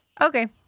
Okay